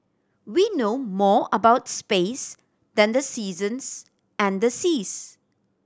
we know more about space than the seasons and the seas